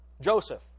Joseph